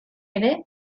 ere